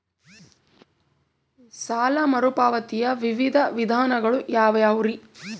ಸಾಲ ಮರುಪಾವತಿಯ ವಿವಿಧ ವಿಧಾನಗಳು ಯಾವ್ಯಾವುರಿ?